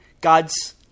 God's